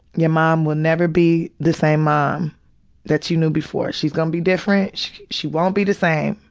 your mom will never be the same mom that you knew before. she's gonna be different. she she won't be the same.